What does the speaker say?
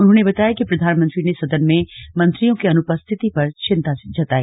उन्होंने बताया कि प्रधानमंत्री ने सदन में मंत्रियों की अनुपरिथति पर चिन्ता जताई